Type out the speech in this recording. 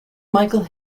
michael